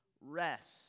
rest